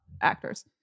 actors